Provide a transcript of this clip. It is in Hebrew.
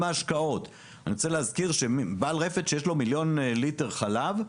עם ההשקעות אני רוצה להזכיר שבעל רפת שיש לו מיליון ליטר חלב,